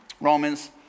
Romans